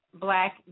Black